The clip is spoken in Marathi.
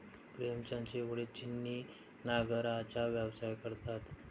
प्रेमचंदचे वडील छिन्नी नांगराचा व्यवसाय करतात